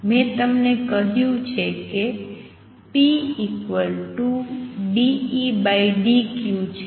મેં તમને કહ્યું છે કે p dEdq છે